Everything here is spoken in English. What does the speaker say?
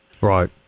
Right